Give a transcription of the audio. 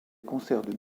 concerts